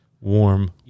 warm